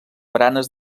baranes